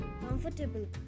comfortable